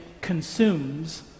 consumes